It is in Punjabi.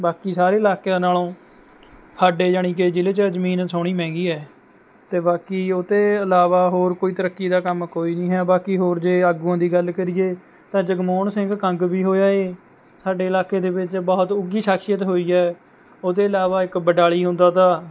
ਬਾਕੀ ਸਾਰੇ ਇਲਾਕਿਆਂ ਨਾਲੋਂ ਸਾਡੇ ਜਣੀ ਕੇ ਜ਼ਿਲ੍ਹੇ ਚੋ ਜ਼ਮੀਨ ਸੋਹਣੀ ਮਹਿੰਗੀ ਐ ਤੇ ਬਾਕੀ ਉਹਤੇ ਇਲਾਵਾ ਹੋਰ ਕੋਈ ਤਰੱਕੀ ਦਾ ਕੰਮ ਕੋਈ ਵੀ ਨੀ ਹੈ ਬਾਕੀ ਹੋਰ ਜੇ ਆਗੂਆਂ ਦੀ ਗੱਲ ਕਰੀਏ ਤਾਂ ਜਗਮੋਹਨ ਸਿੰਘ ਕੰਗ ਵੀ ਹੋੋਇਆ ਏ ਸਾਡੇ ਇਲਾਕੇ ਦੇ ਵਿੱਚ ਬਹੁਤ ਉੱਘੀ ਸਖ਼ਸੀਅਤ ਹੋਈ ਐ ਉਹਤੇ ਇਲਾਵਾ ਇੱਕ ਬਡਾਲੀ ਹੁੰਦਾ ਤਾ